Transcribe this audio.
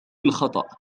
الخطأ